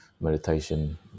meditation